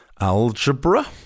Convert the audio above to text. algebra